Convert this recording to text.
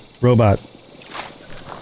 robot